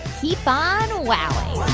keep on wowing